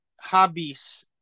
hobbies